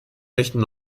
richtung